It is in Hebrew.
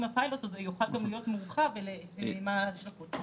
הפיילוט הזה יוכל גם להיות מורחב ומה ההשלכות שלו.